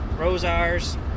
Rosars